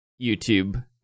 YouTube